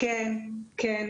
כן אנחנו מכירים.